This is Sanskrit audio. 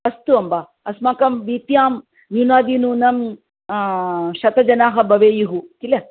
अस्तु अम्ब अस्माकं वीथ्यां न्यूनातिन्यूनं शतं जनाः भवेयुः किल